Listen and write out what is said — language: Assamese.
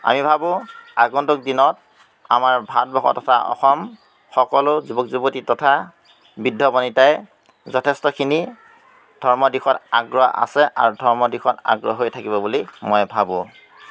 আমি ভাবোঁ আগন্তুক দিনত আমাৰ ভাৰতবৰ্ষ তথা অসম সকলো যুৱক যুৱতী তথা বৃদ্ধ বনিতাই যথেষ্টখিনি ধৰ্মৰ দিশত আগ্ৰহ আছে আৰু ধৰ্মৰ দিশত আগ্ৰহ হৈ থাকিব বুলি মই ভাবোঁ